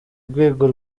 rwego